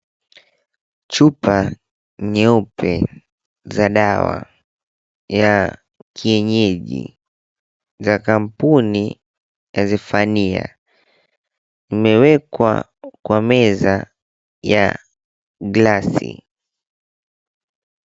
Chupa nyeupe za dawa ya kienyeji za kampuni ya ZEPHANIA imewekwa kwa meza ya glasi.